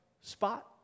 spot